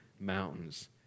mountains